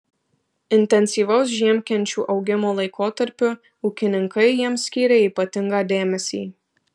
intensyvaus žiemkenčių augimo laikotarpiu ūkininkai jiems skyrė ypatingą dėmesį